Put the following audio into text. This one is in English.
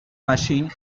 machine